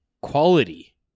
quality